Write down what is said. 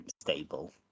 stable